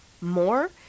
more